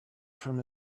from